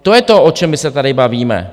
To je to, o čem my se tady bavíme.